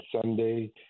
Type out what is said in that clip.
Sunday